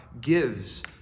gives